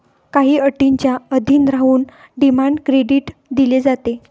काही अटींच्या अधीन राहून डिमांड क्रेडिट दिले जाते